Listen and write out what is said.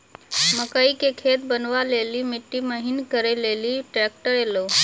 मकई के खेत बनवा ले ली मिट्टी महीन करे ले ली ट्रैक्टर ऐलो?